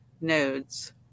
nodes